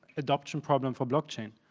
adoption problem for blockchain.